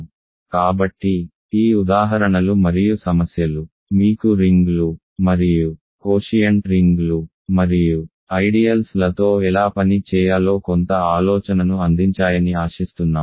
కాబట్టి ఈ ఉదాహరణలు మరియు సమస్యలు మీకు రింగ్లు మరియు కోషియంట్ రింగ్లు మరియు ఐడియల్స్ లతో ఎలా పని చేయాలో కొంత ఆలోచనను అందించాయని ఆశిస్తున్నాము